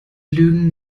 lügen